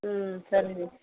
ம் சரிங்க